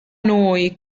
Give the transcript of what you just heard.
noi